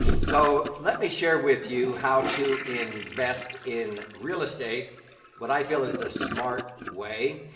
so, let me share with you how to invest in real estate what i feel is the smart way.